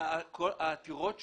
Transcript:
העתירות שהוגשו,